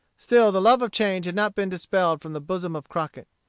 still the love of change had not been dispelled from the bosom of crockett.